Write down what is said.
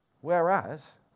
Whereas